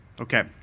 Okay